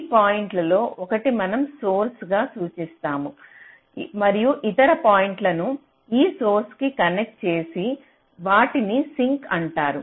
ఈ పాయింట్లలో ఒకటి మనం సోర్స్ గా సూచిస్తాము మరియు ఇతర పాయింట్లను ఈ సోర్స్ కి కనెక్ట్ చేసిన వాటిని సింక్ అంటారు